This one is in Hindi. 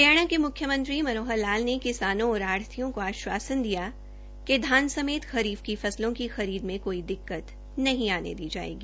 हरियाणा के म्ख्यमंत्री मनोहर लाल ने किसानों और आढ़तियों को आश्वासन दिया कि धान समेत खरीफ की फलसों की खरीद में कोई दिक्कत नहीं आने दी जायेगी